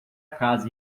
casa